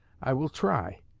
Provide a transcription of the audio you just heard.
i will try.